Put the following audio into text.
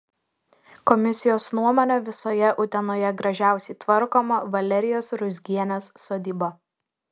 komisijos nuomone visoje utenoje gražiausiai tvarkoma valerijos ruzgienės sodyba